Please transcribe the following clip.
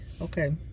Okay